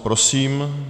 Prosím.